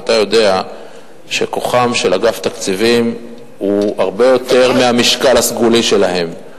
ואתה יודע שכוחו של אגף תקציבים הוא הרבה יותר מהמשקל הסגולי שלהם.